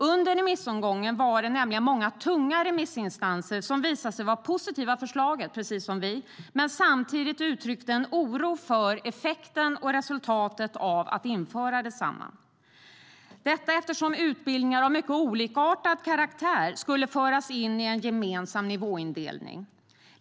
Under remissomgången var det nämligen många tunga remissinstanser som visade sig vara positiva till förslaget, precis som vi, men samtidigt uttryckte oro för effekten och resultatet av att införa systemet, eftersom utbildningar av mycket olikartad karaktär skulle föras in i en gemensam nivåindelning.